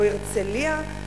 או הרצלייה.